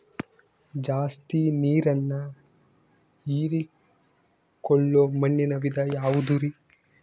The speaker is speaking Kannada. ಜಾಸ್ತಿ ನೇರನ್ನ ಹೇರಿಕೊಳ್ಳೊ ಮಣ್ಣಿನ ವಿಧ ಯಾವುದುರಿ?